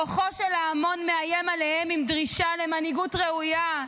כוחו של ההמון מאיים עליהם עם דרישה למנהיגות ראויה,